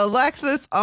Alexis